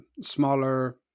smaller